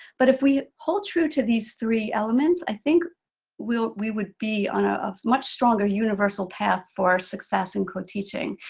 but if we hold true to these three elements, i think we we would be on ah a much stronger universal path for success in co-teaching.